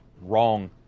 wrong